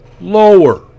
lower